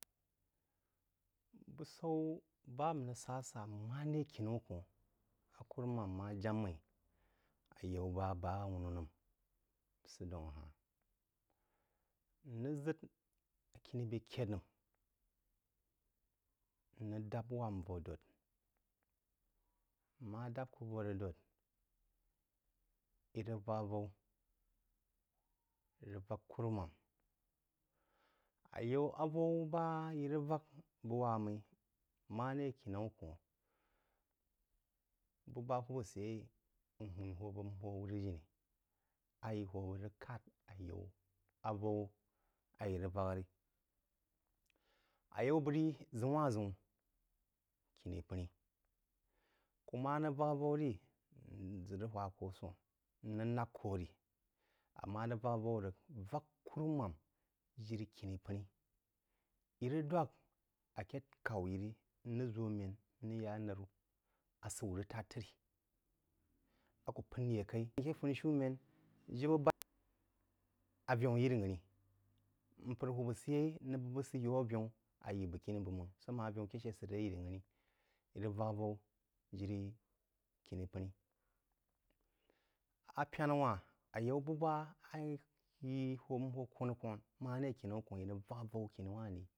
Búsaú bá n rəg sá a sá máré kinaú kōn-h á kurúmān ma jám mmī ayaú bá bá awúnú nəm sə daún aha-hn: ń rəg ʒəd a khuni bē kəd nəm n rəg dāp wár-mmo vō dōd, mmá dáp kú vō rəg dōd, í rəg vāk avalí, í rəg vāk kùrúmām. Ayaú bá avaú bá í rəg vák bəg wá-mmí maré kinaú kōnh bu ba hwab səyeí n hūn hō bəg máng a í hō bəg rəg kād ayaú avaú a í rəg vak rí. Ayaú bəg ri, ʒəun-wanh-ʒəum: khiní pəni-í, kú má rəg vak avau rí n ʒə rəg hwá kō a sō-hn, n rəg lāk kō rí: ámmá rəg vàk avau rəg vák kúrúm am jirí khini-í pəní, í rəg dwák aké k’aú yi rí, n rəg ʒō a mēn, n rəg yá alárú, asəu rəg tād tri, a kú p’ən yé kaí di aké funishūmēn, jibə aveú yiri nghə-ni, mpər hwúb səyeí n’əngh bəg bəg sə yaú aveú, ayí bəg kuní bəg máng. Sa máng aveú ke sə səd aré yiri nghə-ní, í rəg vak avaú jiri khini pəní. A pəna-wahn ayáú bú bəg bá ayi hō n hō kōn maré kínau kō í rəg vak avau.